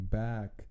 back